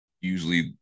usually